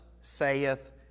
saith